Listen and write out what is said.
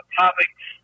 topics